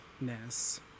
ness